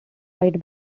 white